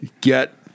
get